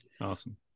awesome